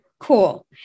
Cool